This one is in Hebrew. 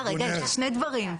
שני דברים,